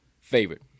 favorite